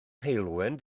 heulwen